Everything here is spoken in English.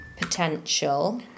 Potential